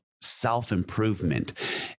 self-improvement